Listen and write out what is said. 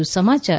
વધુ સમાચાર